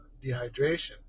dehydration